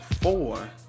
four